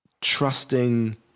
trusting